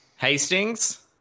Hastings